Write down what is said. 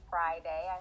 Friday